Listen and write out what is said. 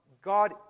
God